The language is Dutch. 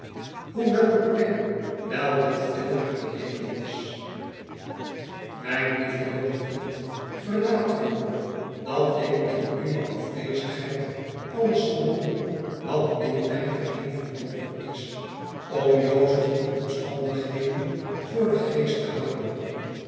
hoewel de plek wel wat veel naar beneden was mijn lieve jonge vriend verlaat er u op dat ik in uwe afwezigheid alles zal doen wat in mijn gering vermogen is om jozef die omstandigheden voor den geest te houden